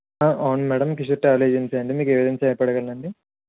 అవును madam Kishore travel agency అండి మీకు ఏవిధంగా సహాయపడగలనండి